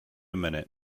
minute